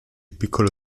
piccolo